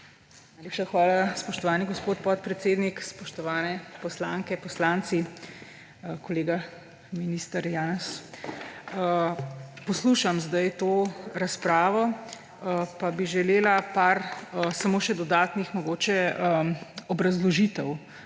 Najlepša hvala, spoštovani gospod podpredsednik. Spoštovane poslanke, poslanci, kolega minister Janez! Poslušam sedaj to razpravo, pa bi želela mogoče samo še par dodatnih obrazložitev